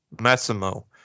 Massimo